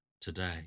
today